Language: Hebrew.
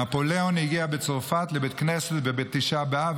נפוליאון הגיע בצרפת לבית כנסת בתשעה באב,